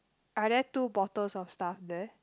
are there two bottles of stuff there